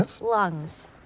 lungs